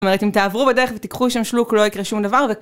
זאת אומרת, אם תעברו בדרך ותיקחו שם שלוק, לא יקרה שום דבר ו...